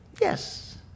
yes